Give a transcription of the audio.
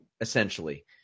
essentially